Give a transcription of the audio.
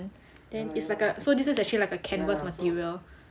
ya it's like a so this is like a canvas material